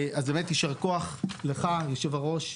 אז באמת יישר כוח לך יושב הראש,